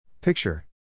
Picture